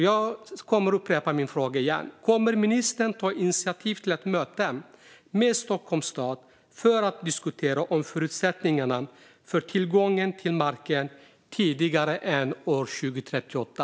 Jag upprepar min fråga: Kommer ministern att ta initiativ till ett möte med Stockholms stad för att diskutera förutsättningarna för att få tillgång till marken tidigare än år 2038?